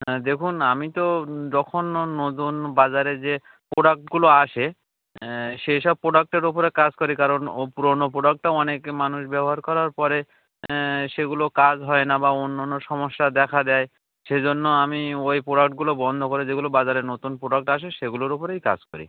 হ্যাঁ দেখুন আমি তো যখন ও নতুন বাজারে যে প্রোডাক্টগুলো আসে সেইসব প্রোডাক্টের ওপরে কাজ করি কারণ ও পুরোনো প্রোডাক্টটা অনেকে মানুষ ব্যবহার করার পরে সেগুলো কাজ হয় না বা অন্য অন্য সমস্যা দেখা দেয় সেই জন্য আমি ওই প্রোডাক্টগুলো বন্ধ করে যেগুলো বাজারে নতুন প্রোডাক্ট আসে সেগুলোর ওপরেই কাজ করি